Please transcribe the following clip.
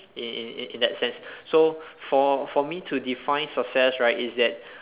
in in in that sense so for for me to define success right it's that